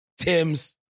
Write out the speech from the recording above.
Tims